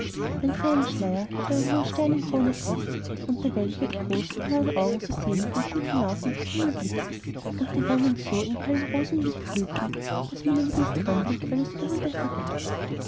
den feinen schleier hielt eine hohe sternenkrone fest unter welcher die großen blauen augen so selig und gut hinauf in den himmel blickten und die wangen in so hellem rosenlicht glühten daß man über diesem anblick alles übrige vergaß